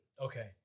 Okay